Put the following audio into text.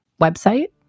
website